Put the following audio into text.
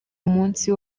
umunsi